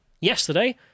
yesterday